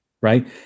right